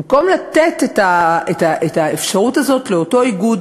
במקום לתת את האפשרות הזאת לאותו איגוד